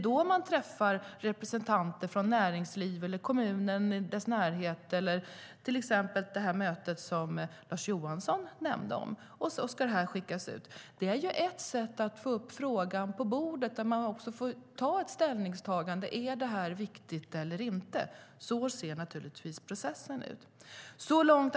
Då träffar man representanter från näringslivet eller kommunen i närheten. På det sättet var det till exempel med mötet som Lars Johansson nämnde. Det ska sedan skickas ut. Det är ett sätt att få upp frågan på bordet och ta ställning till om det är viktigt eller inte. Processen ser ut på det sättet.